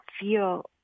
feel